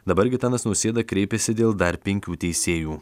dabar gitanas nausėda kreipėsi dėl dar penkių teisėjų